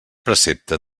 precepte